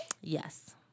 Yes